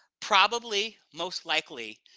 probably, most likely,